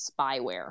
spyware